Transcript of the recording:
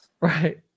Right